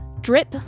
Drip